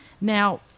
Now